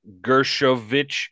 Gershovich